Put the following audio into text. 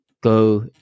Go